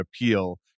appeal